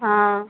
हँ